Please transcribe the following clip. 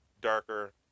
darker